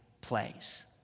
place